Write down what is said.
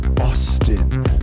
Austin